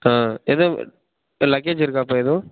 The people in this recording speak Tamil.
ஆ ஏதுவும் லக்கேஜ் இருக்காப்பா ஏதுவும்